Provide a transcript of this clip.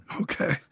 okay